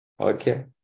Okay